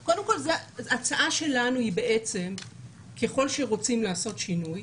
ההצעה שלנו היא בעצם שככל שרוצים לעשות שינוי,